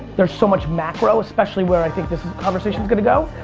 there's so much macro, especially where i think this conversation's gonna go.